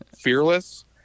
fearless